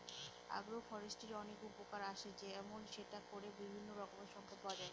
আগ্র ফরেষ্ট্রীর অনেক উপকার আসে যেমন সেটা করে বিভিন্ন রকমের সম্পদ পাওয়া যায়